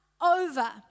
over